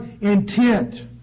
intent